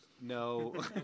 no